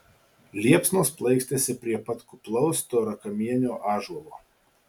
liepsnos plaikstėsi prie pat kuplaus storakamienio ąžuolo